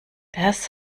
das